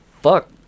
Fuck